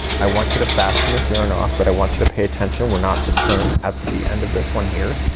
i want you to fasten this yarn off, but i want you to pay attention. we're not to turn at the end of this one here.